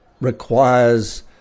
requires